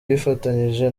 yifatanyije